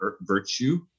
virtue